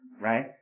right